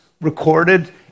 recorded